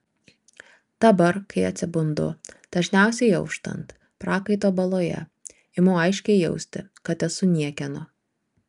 dabar kai atsibundu dažniausiai auštant prakaito baloje imu aiškiai jausti kad esu niekieno